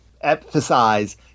emphasize